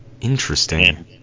Interesting